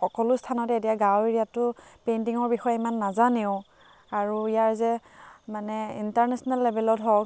সকলো স্থানত এতিয়া গাঁও এৰিয়াতো পেইণ্টিঙৰ বিষয়ে ইমান নাজানেও আৰু ইয়াৰ যে মানে ইণ্টাৰনেশ্যনেল লেভেলত হওঁক